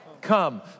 Come